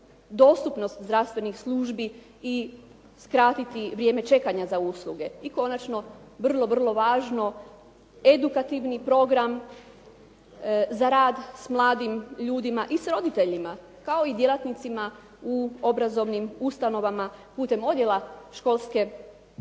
dostupnost zdravstvenih službi i skratiti vrijeme čekanja za usluge. I konačno, vrlo, vrlo važno, edukativni program za rad s mladim ljudima i s roditeljima, kao i djelatnicima u obrazovnim ustanovama putem odjela školske i